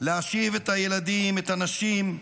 להשיב את הילדים, את הנשים,